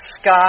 sky